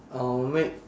I'll make